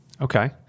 Okay